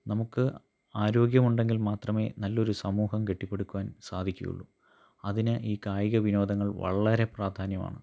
നമുക്ക് ആരോഗ്യമുണ്ടെങ്കിൽ മാത്രമേ നല്ലൊരു സമൂഹം കെട്ടിപ്പടുക്കുവാൻ സാധിക്കുകയുള്ളൂ അതിന് ഈ കായിക വിനോദങ്ങൾ വളരെ പ്രാധാന്യമാണ്